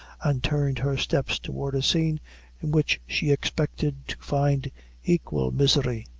and turned her steps toward a scene in which she expected to find equal misery.